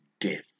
death